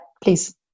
please